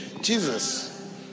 jesus